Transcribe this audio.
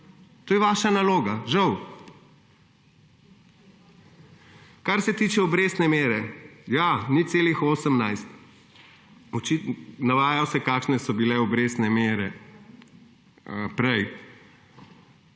To je vaša naloga, žal. Kar se tiče obrestne mere – ja, 0,18. Navajali ste, kakšne so bile obrestne mere prej.